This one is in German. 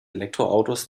elektroautos